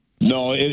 No